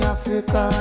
Africa